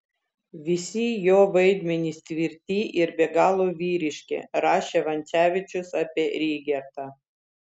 visi jo vaidmenys tvirti ir be galo vyriški rašė vancevičius apie rygertą